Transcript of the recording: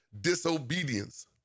disobedience